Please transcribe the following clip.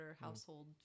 household